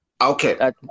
Okay